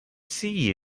see